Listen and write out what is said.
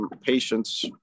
patients